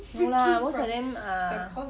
no lah most of them are